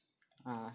(uh huh)